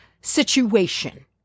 situation